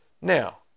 Now